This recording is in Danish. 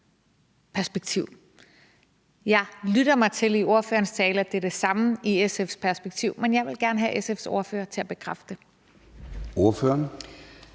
perspektiv. Jeg lytter mig til i ordførerens tale, at det er det samme i SF's perspektiv, men jeg vil gerne have SF's ordfører til at bekræfte det.